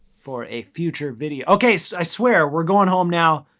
for a future video, okay, so i swear, we're going home now.